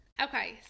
Okay